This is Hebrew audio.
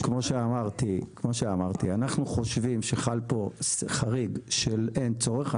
אז כמו שאמרתי אנחנו חושבים שחל פה חריג של אין צורך.